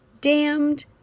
damned